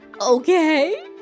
Okay